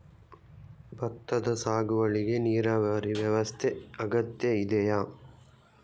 ಭತ್ತದ ಸಾಗುವಳಿಗೆ ನೀರಾವರಿ ವ್ಯವಸ್ಥೆ ಅಗತ್ಯ ಇದೆಯಾ?